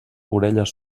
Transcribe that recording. orelles